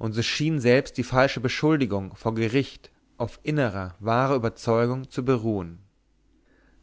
und so schien selbst die falsche beschuldigung vor gericht auf innerer wahrer überzeugung zu beruhen